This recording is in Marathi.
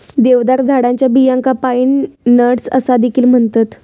देवदार झाडाच्या बियांका पाईन नट्स असा देखील म्हणतत